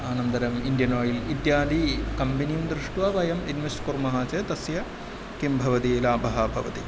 अनन्तरम् इण्डियन् आयिल् इत्यादि कम्पनीं दृष्ट्वा वयम् इन्वेस्ट् कुर्मः चेत् तस्य किं भवति लाभः भवति